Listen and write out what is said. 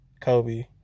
Kobe